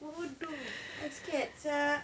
bodoh I scared sia